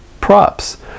props